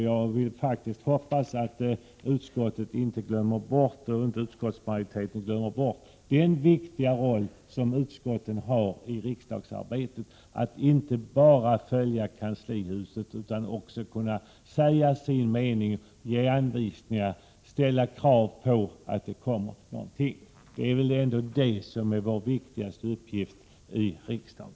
Jag hoppas att utskottsmajoriteten inte glömmer den viktiga roll som utskotten har i riksdagsarbetet, dvs. att inte bara följa kanslihusets anvisningar utan även kunna säga sin mening, ge anvisningar och ställa krav på att förslag skall läggas fram. Det är väl ändå det som är vår viktigaste uppgift i riksdagen.